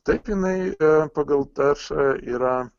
taip jinai pagal taršą yra